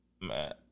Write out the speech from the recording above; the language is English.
man